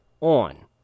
on